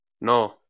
No